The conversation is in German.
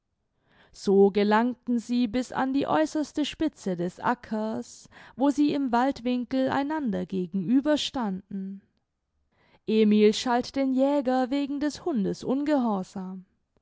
so gelangten sie bis an die äußerste spitze des ackers wo sie im waldwinkel einander gegenüberstanden emil schalt den jäger wegen des hundes ungehorsam